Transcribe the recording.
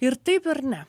ir taip ir ne